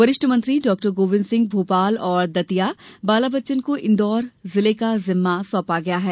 वरिष्ठ मंत्री डॉक्टर गोविंद सिंह भोपाल और दतिया बाला बच्चन को इन्दौर जिले का जिम्मा सौंपा गया है